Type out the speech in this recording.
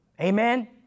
Amen